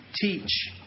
teach